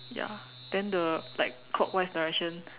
ya then the like clockwise direction